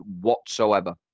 whatsoever